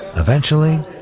eventually,